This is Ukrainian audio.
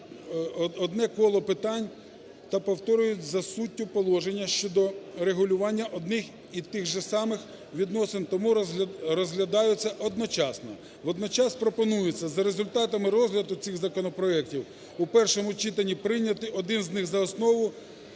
одне коло питань та повторюють за суттю положення щодо регулювання одних й тих же самих відносин. Тому розглядаються одночасно. Водночас пропонується за результатами розгляду цих законопроектів в першому читанні прийняти один з них за основу